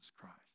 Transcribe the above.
Christ